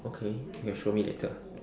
okay you can show me later